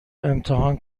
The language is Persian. امتحان